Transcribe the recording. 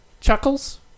chuckles